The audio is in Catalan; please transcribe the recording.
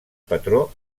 patró